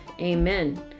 amen